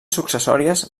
successòries